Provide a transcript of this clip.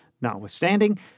notwithstanding